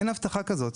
אין הבטחה כזו.